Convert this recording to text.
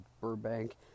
Burbank